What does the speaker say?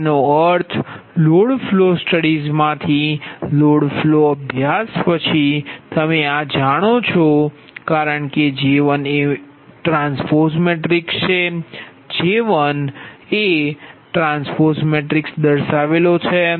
તેનો અર્થ load flow સ્ટડીઝમાંથી લોડ ફ્લો અભ્યાસ પછી તમે આ જાણો છો કારણ કે આ J1 મેટ્રિક્સ છે અને J1 ટ્રાન્સપોઝ છે